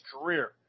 career